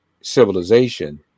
civilization